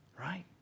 right